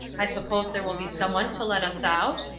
i suppose there will be someone to let us out?